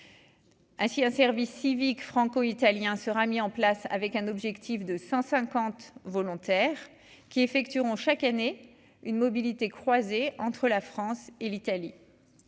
Ainsi, un service civique franco-italien sera mis en place avec un objectif de 150 volontaires qui effectueront chaque année une mobilité entre la France et l'Italie,